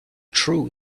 true